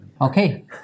Okay